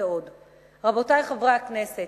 רבותי חברי הכנסת,